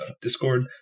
discord